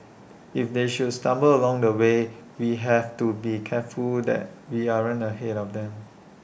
if they should stumble along the way we have to be careful that we aren't ahead of them